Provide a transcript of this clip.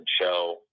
show